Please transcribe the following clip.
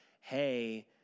hey